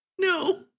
No